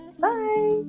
Bye